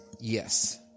Yes